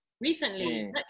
Recently